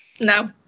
No